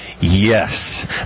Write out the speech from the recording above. Yes